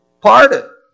pardon